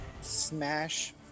Smash